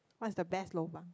what's the best lobang